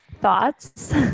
Thoughts